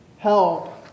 help